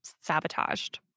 sabotaged